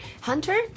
Hunter